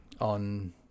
on